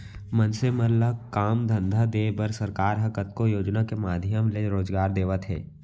मनसे मन ल काम धंधा देय बर सरकार ह कतको योजना के माधियम ले रोजगार देवत हे